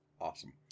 Awesome